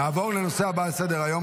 נעבור לנושא הבא על סדר-היום,